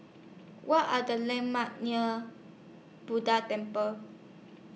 What Are The landmarks near Buddha Temple